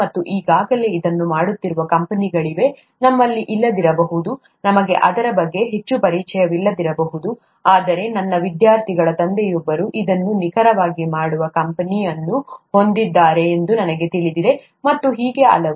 ಮತ್ತು ಈಗಾಗಲೇ ಇದನ್ನು ಮಾಡುತ್ತಿರುವ ಕಂಪನಿಗಳಿವೆ ನಮ್ಮಲ್ಲಿ ಇಲ್ಲದಿರಬಹುದು ನಮಗೆ ಅದರ ಬಗ್ಗೆ ಹೆಚ್ಚು ಪರಿಚಯವಿಲ್ಲದಿರಬಹುದು ಆದರೆ ನನ್ನ ವಿದ್ಯಾರ್ಥಿಗಳ ತಂದೆಯೊಬ್ಬರು ಇದನ್ನು ನಿಖರವಾಗಿ ಮಾಡುವ ಕಂಪನಿ ಅನ್ನು ಹೊಂದಿದ್ದಾರೆ ಎಂದು ನನಗೆ ತಿಳಿದಿದೆ ಮತ್ತು ಹೀಗೆ ಹಲವು